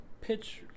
pitch